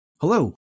Hello